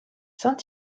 saint